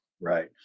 Right